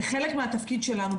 וחלק מהתפקיד שלנו,